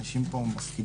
אנשים פה מפקידים